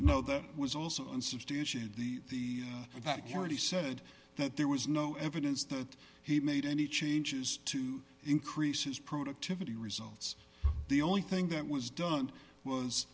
no there was also unsubstantiated the accuracy said that there was no evidence that he made any changes to increases productivity results the only thing that was done was